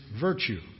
virtue